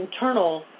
internal